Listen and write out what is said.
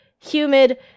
Humid